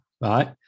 right